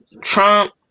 Trump